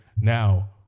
Now